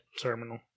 terminal